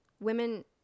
Women